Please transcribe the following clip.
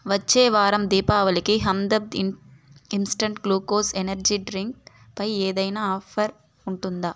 వచ్చే వారం దీపావళికి హందబ్ద్ in instant glucose energy drink పై ఏదైనా ఆఫర్ ఉంటుందా